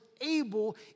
able